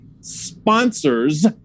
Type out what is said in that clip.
sponsors